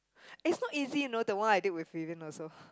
it's not easy you know the one I did with Vivian also